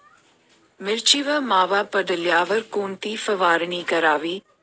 मिरचीवर मावा पडल्यावर कोणती फवारणी करावी?